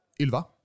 Ilva